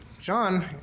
John